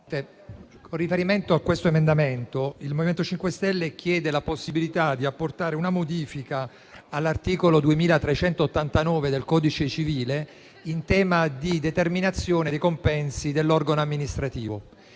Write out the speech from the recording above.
con riferimento a questo emendamento, il MoVimento 5 Stelle chiede la possibilità di apportare una modifica all'articolo 2389 del codice civile in tema di determinazione dei compensi dell'organo amministrativo.